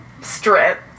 strip